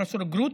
לפרופ' גרוטו,